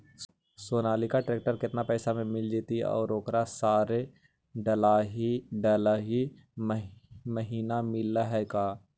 Sonalika tractor केतना पैसा में मिल जइतै और ओकरा सारे डलाहि महिना मिलअ है का?